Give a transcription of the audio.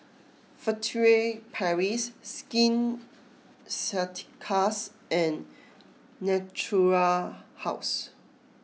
Furtere Paris Skin Ceuticals and Natura House